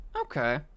Okay